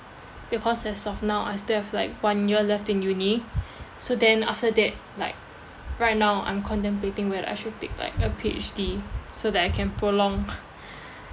because as of now I still have like one year left in uni so then after that like right now I'm contemplating whether I should take like a P_H_D so that I can prolong